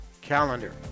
calendar